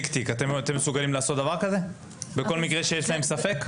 אתם מסוגלים לעשות דבר כזה בכל מקרה שיש להם ספק?